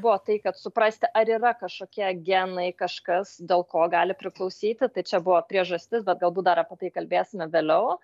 buvo tai kad suprasti ar yra kažkokie genai kažkas dėl ko gali priklausyti tai čia buvo priežastis bet galbūt dar apie tai kalbėsime vėliau